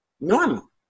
normal